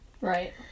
Right